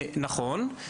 נכון,